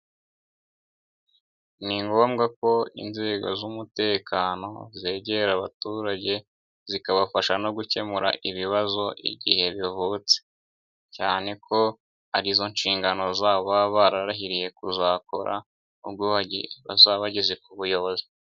Ni ngombwa ko inzego z'umutekano zegera abaturage, zikabafasha no gukemura ibibazo igihe bivubutse, cyane ko arizo nshingano zabo baba barahiriye kuzakora, ubwo bazaba bageze ku buyobozi.